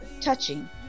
touching